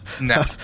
No